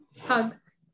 hugs